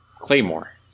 Claymore